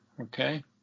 Okay